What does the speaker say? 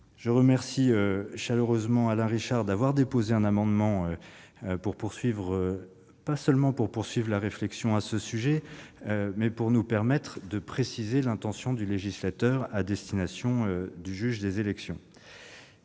Je remercie chaleureusement Alain Richard d'avoir déposé un amendement non seulement pour poursuivre la réflexion sur ce sujet, mais surtout pour nous permettre de préciser l'intention du législateur à l'égard du juge des élections.